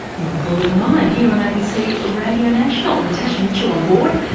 you're with all in the mind here on abc radio national, natasha mitchell on board,